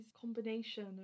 combination